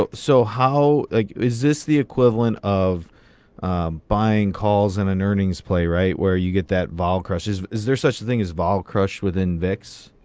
ah so how is this the equivalent of buying calls in an earnings play, right, where you get that vol-crush. is is there such a thing as vol-crush within vix?